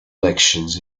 elections